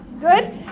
Good